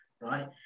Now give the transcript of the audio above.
right